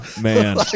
man